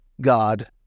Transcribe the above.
God